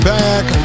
back